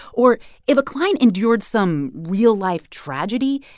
or if a client endured some real-life tragedy,